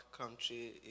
country